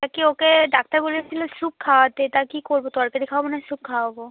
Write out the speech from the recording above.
তা কী ওকে ডাক্তার বলেছিলো স্যুপ খাওয়াতে তা কী করবো তরকারি খাওয়াবো না স্যুপ খাওয়াবো